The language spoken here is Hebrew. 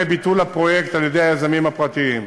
ביטול הפרויקט על-ידי היזמים הפרטיים.